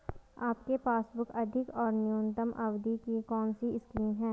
आपके पासबुक अधिक और न्यूनतम अवधि की कौनसी स्कीम है?